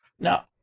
now